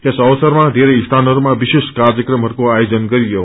यस अवसरमावेरै स्यानहरूमा विश्वेष कार्यक्रमहरूको आयोजन गरियो